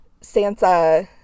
Sansa